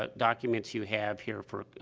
ah documents you have here for, ah,